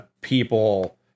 people